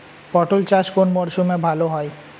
পটল চাষ কোন মরশুমে ভাল হয়?